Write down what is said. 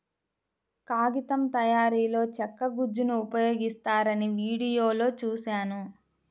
కాగితం తయారీలో చెక్క గుజ్జును ఉపయోగిస్తారని వీడియోలో చూశాను